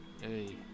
hey